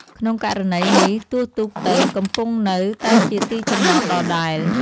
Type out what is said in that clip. ក្នុងករណីនេះ ទោះទូកទៅ កំពង់នៅតែជាទីចំណតដដែល។